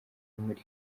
yimuriwe